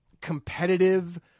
competitive